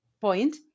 point